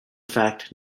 fact